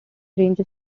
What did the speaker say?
ranges